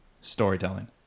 storytelling